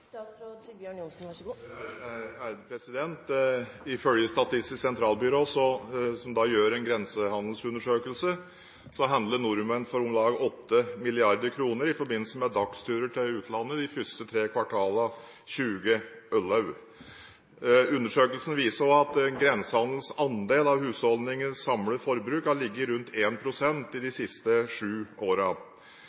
Ifølge Statistisk sentralbyrå, som har gjort en grensehandelsundersøkelse, handlet nordmenn for om lag 8 mrd. kr i forbindelse med dagsturer til utlandet de første tre kvartalene i 2011. Undersøkelsen viser også at grensehandelens andel av husholdningenes samlede forbruk har ligget rundt 1 pst. de